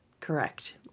Correct